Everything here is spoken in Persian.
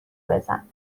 بزن